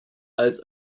als